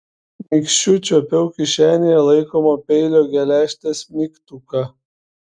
nykščiu čiuopiau kišenėje laikomo peilio geležtės mygtuką